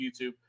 YouTube